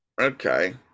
okay